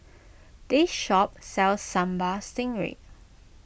this shop sells Sambal Stingray